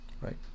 right